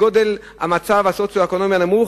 ככל שהמצב הסוציו-אקונומי נמוך,